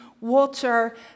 water